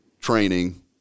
training